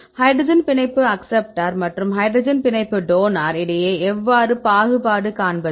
hydrogen பிணைப்பு acceptor மற்றும் hydrogen பிணைப்பு டோனர் இடையே எவ்வாறு பாகுபாடு காண்பது